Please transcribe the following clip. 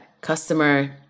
customer